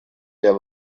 der